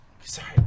Sorry